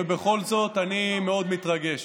ובכל זאת אני מאוד מתרגש,